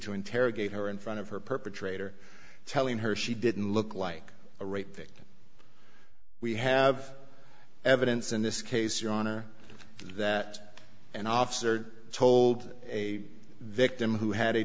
to interrogate her in front of her perpetrator telling her she didn't look like a rape victim we have evidence in this case your honor that an officer told a victim who had a